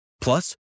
Plus